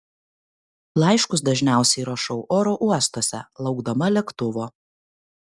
laiškus dažniausiai rašau oro uostuose laukdama lėktuvo